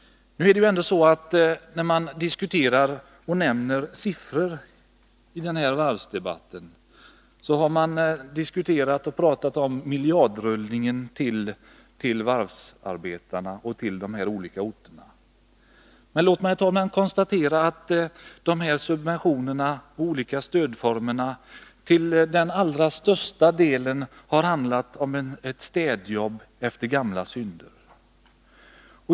I varvsdebatten har det talats om miljardrullningen till varvsarbetarna och till varvsorterna. Men låt mig då konstatera att de olika subventionerna och stödformerna till allra största delen har satts in för att städa upp efter gamla synder.